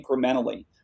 incrementally